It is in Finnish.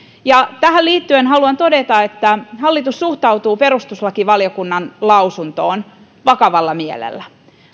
tähän liittyen haluan todeta että hallitus suhtautuu perustuslakivaliokunnan lausuntoon vakavalla mielellä